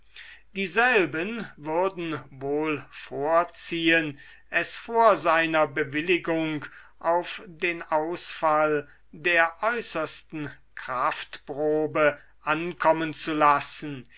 dieselben würden wohl vorziehen es vor seiner bewilligung auf den ausfall der äußersten kraftprobe ankommen zu lassen